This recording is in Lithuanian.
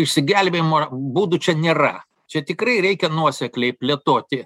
išsigelbėjimo būdų čia nėra čia tikrai reikia nuosekliai plėtoti